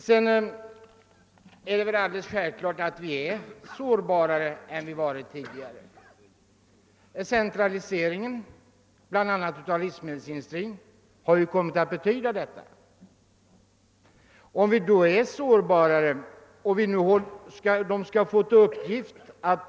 Det är självklart att vi nu är mera sårbara på livsmedelsförsörjningens område än vi tidigare har varit.